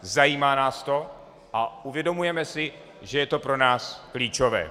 Zajímá nás to a uvědomujeme si, že je to pro nás klíčové.